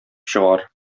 чыгар